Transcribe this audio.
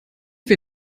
wir